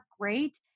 great